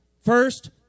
First